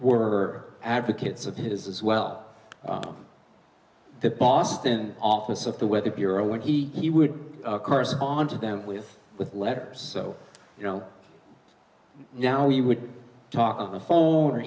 were advocates of his as well as the boston office of the weather bureau when he he would correspond to them with with letters so you know now you would talk on the phone or